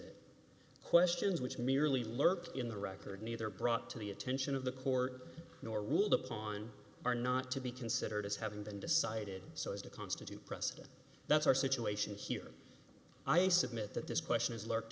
questions which merely lurked in the record neither brought to the attention of the court nor ruled upon are not to be considered as having been decided so as to constitute precedent that's our situation here i submit that this question is lurked